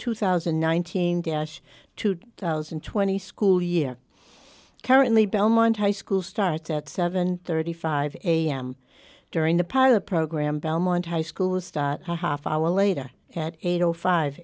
two thousand and nineteen dash two thousand and twenty school year currently belmont high school starts at seven thirty five am during the pilot program belmont high school will start a half hour later at eight o five